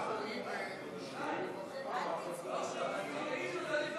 אי-אפשר לדבר